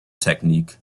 technique